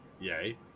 yay